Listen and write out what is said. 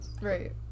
Right